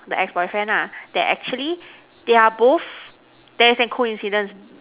the ex boyfriend nah there actually they are both there is an coincidence